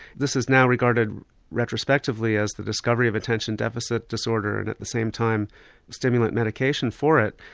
this is now regarded retrospectively as the discovery of attention deficit disorder, and at the same time stimulant medication for it,